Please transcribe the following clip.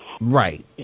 Right